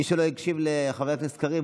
מי שלא הקשיב לחבר הכנסת קריב,